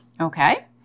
Okay